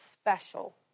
special